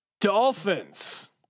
dolphins